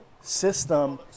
system